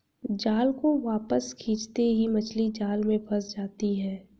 जाल को वापस खींचते ही मछली जाल में फंस जाती है